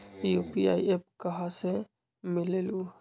UPI app कहा से मिलेलु?